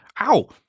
Ow